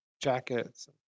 jackets